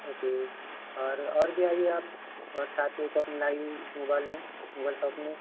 okay और और भी आईए आप और साथियों को अपने लाइए इस मोबाइल में मोबाइल शॉप में